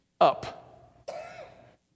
up